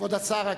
כבוד השר,